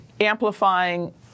amplifying